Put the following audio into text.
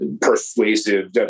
persuasive